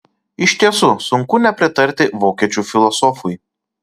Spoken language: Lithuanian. iš tiesų sunku nepritarti vokiečių filosofui